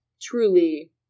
truly